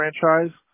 franchise